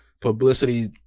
publicity